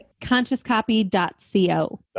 Consciouscopy.co